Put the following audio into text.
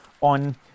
on